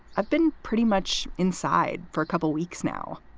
i've been pretty much inside for a couple weeks now.